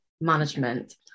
management